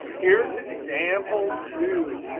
here's example two.